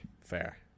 Fair